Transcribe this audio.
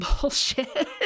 bullshit